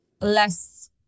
less